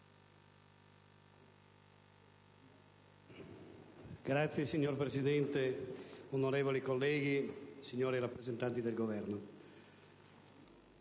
Sud)*. Signora Presidente, onorevoli colleghi, signori rappresentanti del Governo,